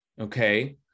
okay